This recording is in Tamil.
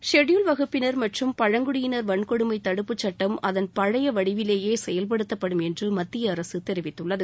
ஷெட்யூல்ட் வகுப்பினர் மற்றும் பழங்குடியினர் வன்கொடுமை தடுப்புச் சுட்டம் அதன் பழைய வடிவிலேயே செயல்படுத்தப்படும் என்று மத்திய அரசு தெரிவித்துள்ளது